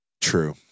True